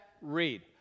read